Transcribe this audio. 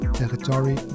territory